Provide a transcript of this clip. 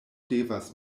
devas